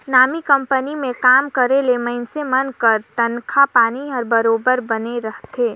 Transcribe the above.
नामी कंपनी में काम करे ले मइनसे मन कर तनखा पानी हर बरोबेर बने रहथे